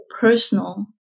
personal